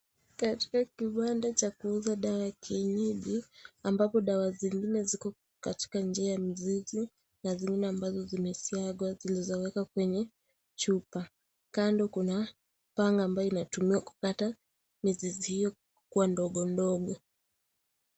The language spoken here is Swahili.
Kibanda cha kuuza dawa ya kienyeji ambapo dawa zingine ziko katika njia ya mizizi na zingine ambazo zimesiagwa zilizowekwa kwenye chupa, kando kuna panga ambayo inatumiwa kukata mizizi hio kuwa ndogo ndogo.